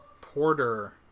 Porter